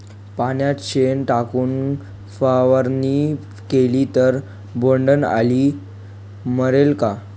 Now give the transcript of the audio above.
पाण्यात शेण टाकून फवारणी केली तर बोंडअळी मरेल का?